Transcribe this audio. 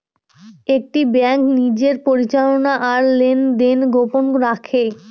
একটি ব্যাঙ্ক নিজের পরিচালনা আর লেনদেন গোপন রাখে